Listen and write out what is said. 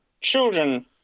children